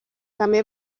també